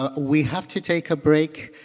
ah we have to take a break.